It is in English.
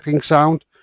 sound